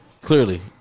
Clearly